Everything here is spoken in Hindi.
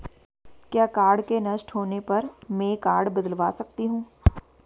क्या कार्ड के नष्ट होने पर में कार्ड बदलवा सकती हूँ?